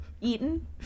Eaten